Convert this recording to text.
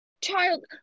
child-